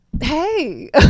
Hey